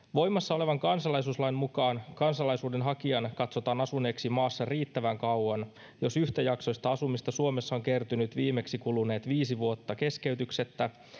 voimassa olevan kansalaisuuslain mukaan kansalaisuuden hakijan katsotaan asuneen maassa riittävän kauan jos yhtäjaksoista asumista suomessa on kertynyt viimeksi kuluneet viisi vuotta keskeytyksettä